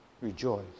rejoice